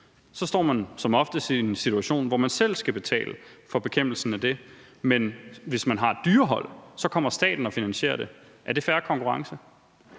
så står man som oftest i en situation, hvor man selv skal betale for bekæmpelse af det, men hvis man har et dyrehold, kommer staten og finansierer det. Er det fair konkurrence?